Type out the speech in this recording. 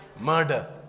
Murder